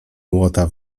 młota